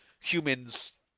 humans